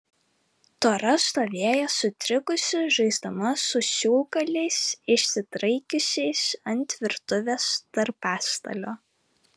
tora stovėjo sutrikusi žaisdama su siūlgaliais išsidraikiusiais ant virtuvės darbastalio